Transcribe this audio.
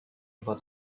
about